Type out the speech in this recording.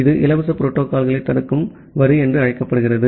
இது இலவச புரோட்டோகால்யைத் தடுக்கும் வரி என்று அழைக்கப்படுகிறது